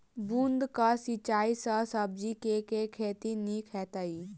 बूंद कऽ सिंचाई सँ सब्जी केँ के खेती नीक हेतइ?